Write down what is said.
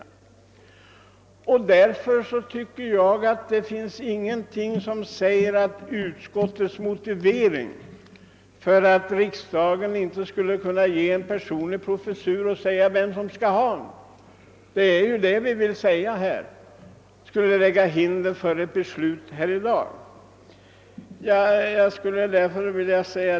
Därför tycker jag att det inte finns någonting som säger att utskottets motivering för att riksdagen inte skulle kunna besluta inrättandet av en personlig professur och säga vem som skall ha den — det är vad vi vill säga här — skulle lägga hinder i vägen för ett beslut i dag.